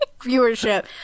viewership